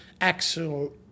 actual